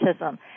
autism